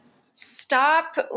stop